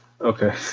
Okay